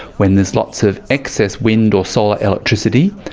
when there is lots of excess wind or solar electricity,